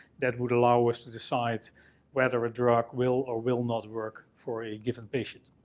that would allow us to decide whether a drug will or will not work for a given patient.